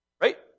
Right